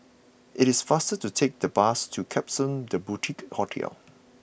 it is faster to take the bus to Klapsons The Boutique Hotel